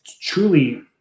truly